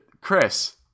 Chris